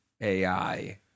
AI